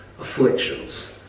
afflictions